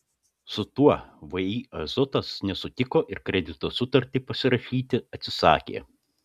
su tuo vį azotas nesutiko ir kredito sutartį pasirašyti atsisakė